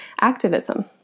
activism